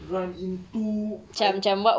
run into I